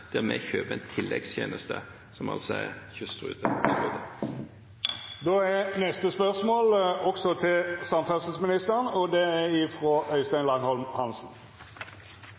der vi kjøper en tilleggstjeneste, som altså er kystruten. Jeg har følgende spørsmål til samferdselsministeren: